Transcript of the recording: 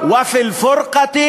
להלן תרגומם: באחדות כוח ובפילוג חולשה,